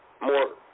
more